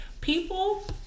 people